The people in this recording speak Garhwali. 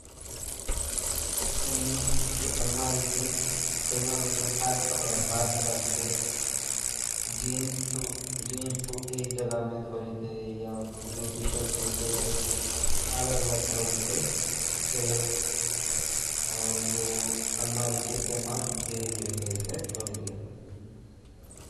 अलमारी ते हम अगर कपडेगी अलमारी ची ता वेते खाली कला अर बहार निकालिते ऊ कपड़ु ते ड्रेसिंग से तै करिते अलग-अलग पैंट अलग जगह टीशर्ट अलग जगह अर अपना सूट अलग-अलग जगह सेट करीते वे अलमारी मा सेट करीते लागला।